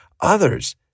others